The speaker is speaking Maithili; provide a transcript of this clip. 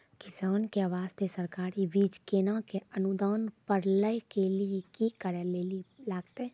किसान के बास्ते सरकारी बीज केना कऽ अनुदान पर लै के लिए की करै लेली लागतै?